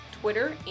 Twitter